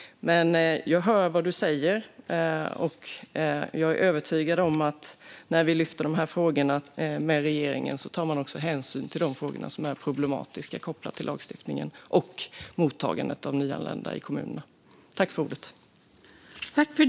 Men jag hör vad du säger, Alireza Akhondi, och jag är övertygad om att regeringen tar hänsyn till de frågor som är problematiska kopplat till lagstiftningen och mottagandet av nyanlända i kommunerna när vi lyfter de här frågorna med regeringen.